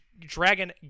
Dragon